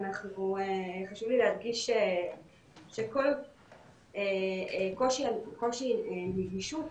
חשוב לי להדגיש שכל קושי נגישות